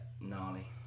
gnarly